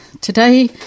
Today